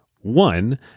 One